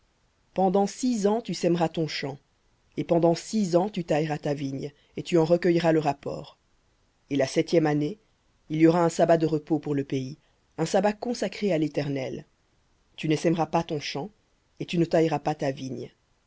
pendant six ans tu sèmeras ton champ et pendant six ans tu tailleras ta vigne et tu en recueilleras le rapport et la septième année il y aura un sabbat de repos pour le pays un sabbat à l'éternel tu ne sèmeras pas ton champ et tu ne tailleras pas ta vigne